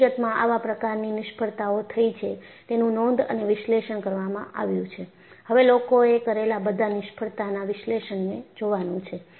હકીકતમાં આવા પ્રકારની નિષ્ફળતાઓ થઈ છે તેનું નોંધ અને વિશ્લેષણ કરવામાં આવ્યુ છે હવે લોકોએ કરેલા બધા નિષ્ફળતાના વિશ્લેષણને જોવાનું છે